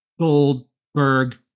Goldberg